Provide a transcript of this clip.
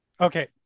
Okay